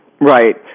right